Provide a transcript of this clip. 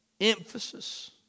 emphasis